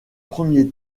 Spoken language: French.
premier